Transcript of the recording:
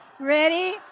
ready